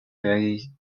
raies